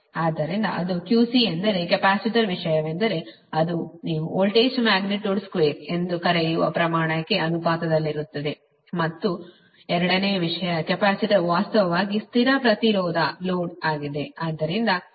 ಆದ್ದರಿಂದ ಅದು QC ಎಂದರೆ ಕೆಪಾಸಿಟರ್ ವಿಷಯವೆಂದರೆ ಅದು ನೀವು ವೋಲ್ಟೇಜ್ ಮ್ಯಾಗ್ನಿಟ್ಯೂಡ್ ಸ್ಕ್ವೇರ್ ಎಂದು ಕರೆಯುವ ಪ್ರಮಾಣಕ್ಕೆ ಅನುಪಾತದಲ್ಲಿರುತ್ತದೆ ಮತ್ತು ಎರಡನೆಯ ವಿಷಯ ಕೆಪಾಸಿಟರ್ ವಾಸ್ತವವಾಗಿ ಸ್ಥಿರ ಪ್ರತಿರೋಧ ಲೋಡ್ ಆಗಿದೆ